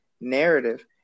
narrative